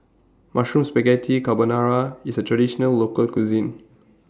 Mushroom Spaghetti Carbonara IS A Traditional Local Cuisine